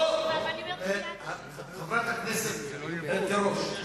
לא, חברת הכנסת תירוש.